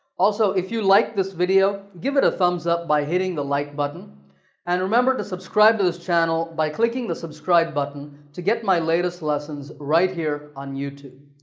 also if you liked this video give it a thumbs up by hitting the like button and remember to subscribe to this channel by clicking the subscribe button to get my latest lessons right here on youtube.